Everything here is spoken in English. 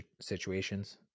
situations